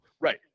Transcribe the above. Right